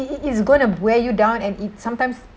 it it it's going to wear you down and it sometimes